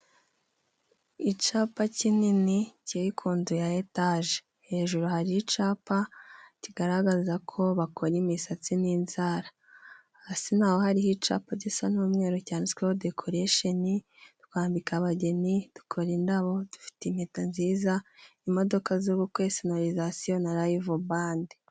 Icapa kinini kiri ku nzu ya etage hejuru hari icapa kigaragaza ko bakora imisatsi n'inzara hasi naho hariho icapa gisa n'umweru cyanditsweho dekoresheni twambika abageni dukora indabo, dufite impeta nziza, imodoka z'ubukwe, sonorizasiyo na layivu bande.